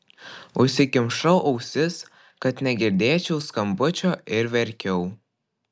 užsikimšau ausis kad negirdėčiau skambučio ir verkiau